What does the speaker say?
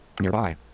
nearby